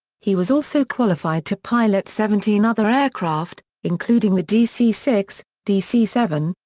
he was also qualified to pilot seventeen other aircraft, including the dc six, dc seven,